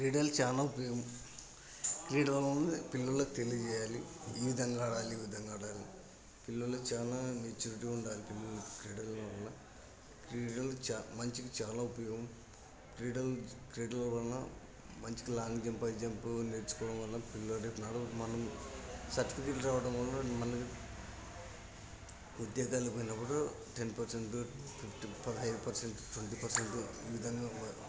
క్రీడలు చాలా ఉపయోగం క్రీడలను పిల్లలకు తెలియచేయాలి ఏ విధంగా ఆడాలి ఏ విధంగా ఆడాలి పిల్లలలో చాలా మెచ్యూరిటీ ఉండాలి క్రీడల వల్ల క్రీడలు చాలా మనిషికి చాలా ఉపయోగం క్రీడలు క్రీడలు వలన మంచిగా లాంగ్ జంప్ హై జంప్ నేర్చుకోగలుగుతాం పిల్లలే కాదు మనం సర్టిఫికెట్లు రావడం వలన మనల్ని ఉద్యోగాలకి వెళ్ళినప్పుడు టెన్ పర్సెంట్ ఫిఫ్టీన్ పదహైదు పర్సెంట్ ట్వంటీ పర్సెంట్ ఈ విధంగా